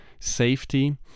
safety